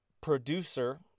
producer